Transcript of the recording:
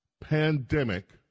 pandemic